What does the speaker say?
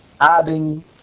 Adding